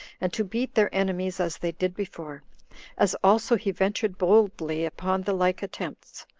and to beat their enemies as they did before as also he ventured boldly upon the like attempts.